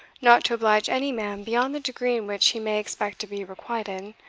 not to oblige any man beyond the degree in which he may expect to be requited,